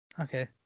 Okay